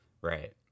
Right